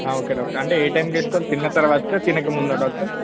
okay doctor అంటే ఏ టైంలో వేసుకోవాలి తిన్న తర్వాతకే తినకముందా డాక్టర్